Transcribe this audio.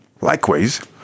Likewise